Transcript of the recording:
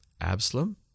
Absalom